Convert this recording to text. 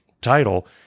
title